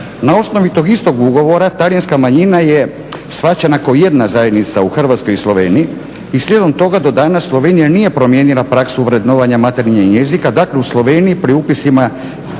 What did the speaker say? Na osnovi tog istog ugovora talijanska manjina je shvaćena kao jedna zajednica u Hrvatskoj i Sloveniji i slijedom toga do danas Slovenija nije promijenila praksu vrednovanja materinjeg jezika, dakle u Sloveniji pri svim